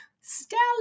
Stella